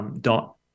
dot